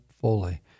fully